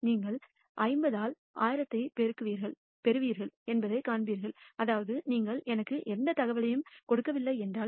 நீங்கள் 50 ஆல் 1000 பெறுவீர்கள் என்பதை காண்பீர்கள் அதாவது நீங்கள் எனக்கு எந்த தகவலையும் கொடுக்கவில்லை என்றால்